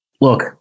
look